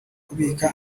kubika